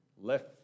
left